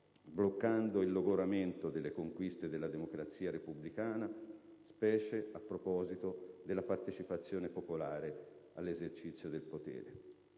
bloccando il logoramento delle conquiste della democrazia repubblicana, specie a proposito della partecipazione popolare all'esercizio del potere».